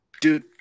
Dude